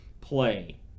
play